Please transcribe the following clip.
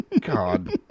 God